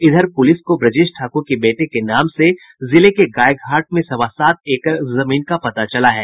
इधर पूलिस को ब्रजेश ठाकुर के बेटे के नाम से जिले के गायघाट में सवा सात एकड़ जमीन का पता चला है